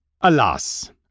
Alas